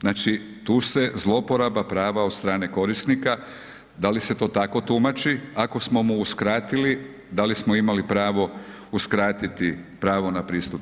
Znači tu se zlouporaba prava od strane korisnika, da li se to tako tumači ako smo mu uskratili, da li smo imali pravo uskratiti pravo na pristup